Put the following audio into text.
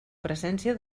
presència